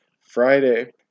Friday